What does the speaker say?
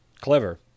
Clever